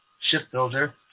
shipbuilder